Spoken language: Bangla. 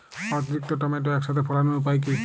অতিরিক্ত টমেটো একসাথে ফলানোর উপায় কী?